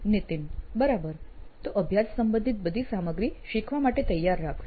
નીતિન બરાબર તો અભ્યાસ સંબંધિત બધી સામગ્રી શીખવા માટે તૈયાર રાખવી